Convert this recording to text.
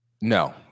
No